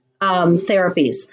therapies